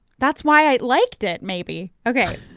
that's why i liked it maybe. okay,